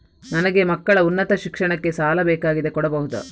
ನನಗೆ ಮಕ್ಕಳ ಉನ್ನತ ಶಿಕ್ಷಣಕ್ಕೆ ಸಾಲ ಬೇಕಾಗಿದೆ ಕೊಡಬಹುದ?